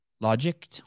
Logic